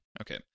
Okay